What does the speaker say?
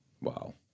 Wow